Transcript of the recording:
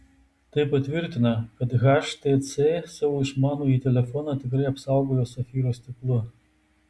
tai patvirtina kad htc savo išmanųjį telefoną tikrai apsaugojo safyro stiklu